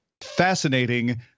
fascinating